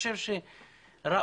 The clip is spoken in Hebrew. היישובים הערבים,